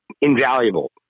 invaluable